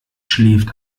schläft